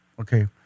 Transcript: Okay